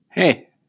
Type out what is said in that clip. Hey